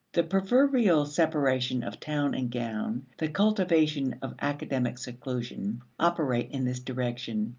the proverbial separation of town and gown, the cultivation of academic seclusion, operate in this direction.